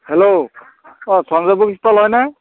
hello অঁ Sanjay book stall হয়নে